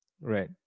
Right